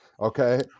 okay